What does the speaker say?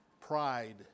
Pride